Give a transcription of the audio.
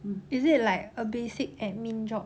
is it like a basic admin job